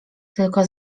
tylko